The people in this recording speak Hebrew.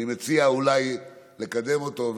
ואני מציע אולי לקדם אותו.